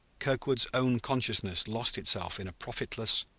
kirkwood's own consciousness lost itself in a profitless,